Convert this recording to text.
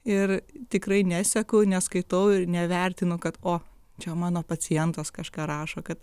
ir tikrai neseku neskaitau ir nevertinu kad o čia mano pacientas kažką rašo kad